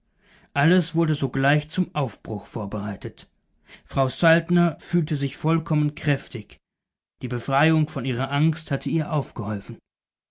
alles wurde sogleich zum aufbruch vorbereitet frau saltner fühlte sich vollkommen kräftig die befreiung von ihrer angst hatte ihr aufgeholfen